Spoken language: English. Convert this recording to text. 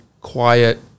quiet